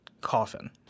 coffin